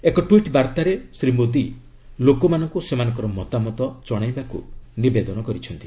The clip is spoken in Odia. ଏକ ଟ୍ୱିଟ୍ ବାର୍ତ୍ତାରେ ଶ୍ରୀ ମୋଦି ଲୋକମାନଙ୍କୁ ସେମାନଙ୍କର ମତାମତ ଜଣାଇବାକୁ ନିବେଦନ କରିଛନ୍ତି